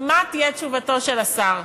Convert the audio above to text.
מה תהיה תשובתו של השר: